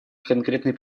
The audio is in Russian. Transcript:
конкретной